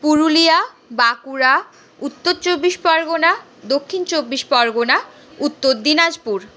পুরুলিয়া বাঁকুড়া উত্তর চব্বিশ পরগনা দক্ষিণ চব্বিশ পরগনা উত্তর দিনাজপুর